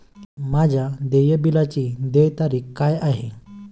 माझ्या देय बिलाची देय तारीख काय आहे?